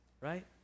right